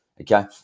okay